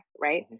right